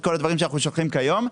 את כל הדברים שאנחנו שולחים כיום,